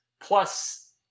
Plus